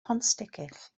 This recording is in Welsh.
pontsticill